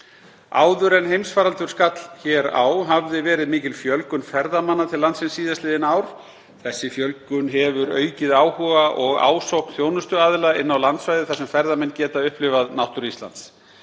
Áður en að heimsfaraldur skall hér á hafði verið mikil fjölgun ferðamanna til landsins síðastliðin ár. Þessi fjölgun hefur aukið áhuga og ásókn þjónustuaðila inn á landsvæði þar sem ferðamenn geta upplifað náttúru Íslands,